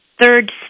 third